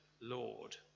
Lord